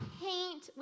paint